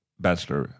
Bachelor